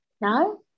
No